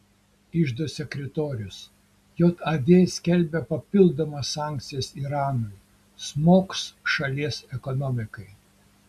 iždo sekretorius jav skelbia papildomas sankcijas iranui smogs šalies ekonomikai